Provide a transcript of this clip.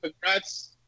congrats